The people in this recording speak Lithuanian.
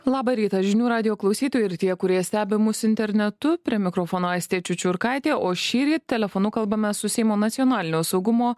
labą rytą žinių radijo klausytojai ir tie kurie stebi mus internetu prie mikrofono aistė čiučiurkaitė o šįryt telefonu kalbame su seimo nacionalinio saugumo